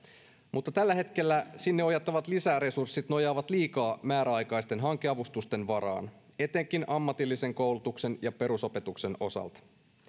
mutta tällä hetkellä sinne ohjattavat lisäresurssit nojaavat liikaa määräaikaisten hankeavustusten varaan etenkin ammatillisen koulutuksen ja perusopetuksen osalta